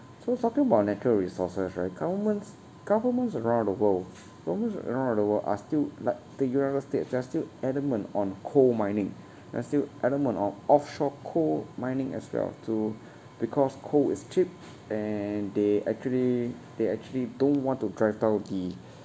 so talking about natural resources right governments governments around the world governments around the world are still like the united states they are still adamant on coal mining they are still adamant on offshore coal mining as well too because coal is cheap and they actually they actually don't want to drive down the